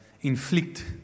inflict